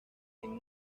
figura